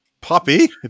Poppy